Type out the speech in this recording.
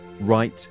right